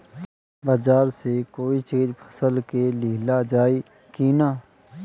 बाजार से कोई चीज फसल के लिहल जाई किना?